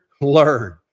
learn